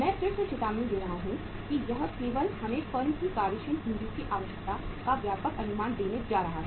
मैं फिर से चेतावनी दे रहा हूं कि यह केवल हमें फर्म की कार्यशील पूंजी की आवश्यकता का व्यापक अनुमान देने जा रहा है